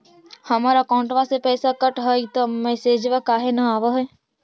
हमर अकौंटवा से पैसा कट हई त मैसेजवा काहे न आव है?